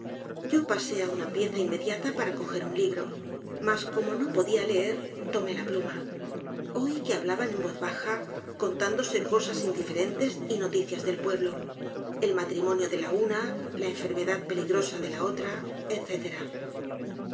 yo pasé á una pieza inmediata para cojer un libro mas como no podía eer tomé la pluma oí que hablaban en voz baja contándose cosas indiferentes y noticias del pueblo el matrimonio de la una la enfermedad peligrosa de la otra